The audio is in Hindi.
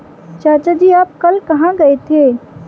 चाचा जी आप कल कहां गए थे?